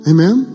Amen